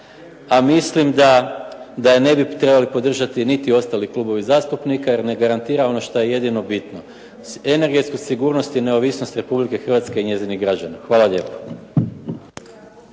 a mislim da ne bi trebali podržati niti ostali klubovi zastupnika, jer ne garantira ono šta je jedino bitno energetsku sigurnost i neovisnost Republike Hrvatske i njezinih građana. Hvala lijepo.